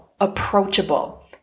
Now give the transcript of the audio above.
approachable